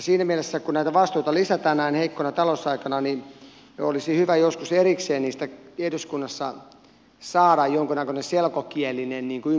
siinä mielessä kun näitä vastuita lisätään näin heikkona talousaikana niin olisi hyvä joskus erikseen niistä eduskunnassa saada jonkunnäköinen selkokielinen ymmärrettävä yhteenveto